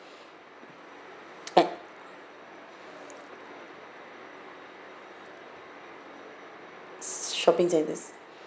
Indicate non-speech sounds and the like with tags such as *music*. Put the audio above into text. *noise* shopping centres